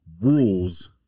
rules